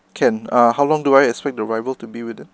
can uh how long do I expect the arrival to be within